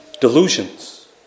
delusions